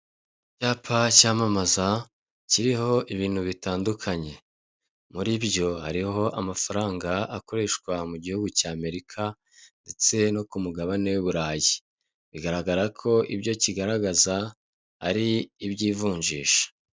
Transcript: Icyapa cyamamaza kiriho ibintu bitandukanye, muribyo hariho amafaranga akoreshwa mu gihugu cya Amerika ndetse no ku mugabane w'i Burayi. bigaragara ko ibyo kigaragaza ari iby'ivunjisha.